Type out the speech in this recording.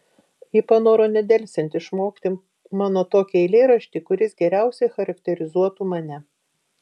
ji panoro nedelsiant išmokti mano tokį eilėraštį kuris geriausiai charakterizuotų mane